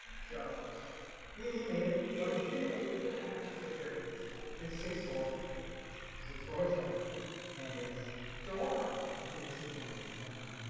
so yeah, you made it even even if even if i have to use dexterity instead it's six four yeah six four turn and ryx, dorn if you get a two pointer somehow